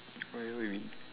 why what you mean